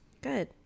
Good